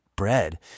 bread